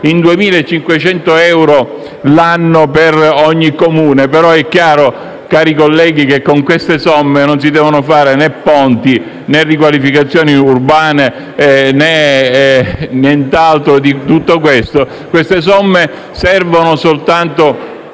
in 2.500 euro l'anno per ogni Comune. È chiaro, cari colleghi, che con queste somme non si devono fare né ponti, né riqualificazioni urbane: niente di tutto questo. Queste somme servono soltanto